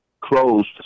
closed